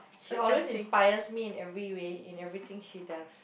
she always inspires me in every way in everything she does